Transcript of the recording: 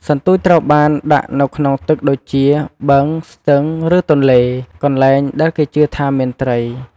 សន្ទួចត្រូវបានដាក់នៅក្នុងទឹកដូចជា បឹង ស្ទឹង ឬទន្លេ កន្លែងដែលគេជឿថាមានត្រី។